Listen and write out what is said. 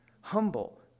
humble